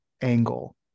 angle